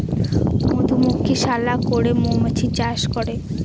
মধুমক্ষিশালা করে মৌমাছি চাষ করে